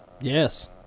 Yes